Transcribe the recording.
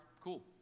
cool